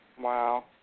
Wow